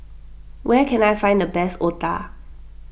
where can I find the best Otah